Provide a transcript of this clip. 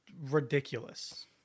Ridiculous